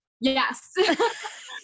yes